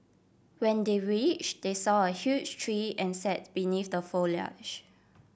when they reach they saw a huge tree and sat beneath the foliage